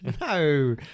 No